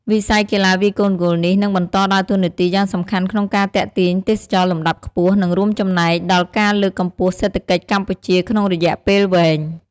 វិស័យកីឡាវាយកូនហ្គោលនេះនឹងបន្តដើរតួនាទីយ៉ាងសំខាន់ក្នុងការទាក់ទាញទេសចរណ៍លំដាប់ខ្ពស់ និងរួមចំណែកដល់ការលើកកម្ពស់សេដ្ឋកិច្ចកម្ពុជាក្នុងរយៈពេលវែង។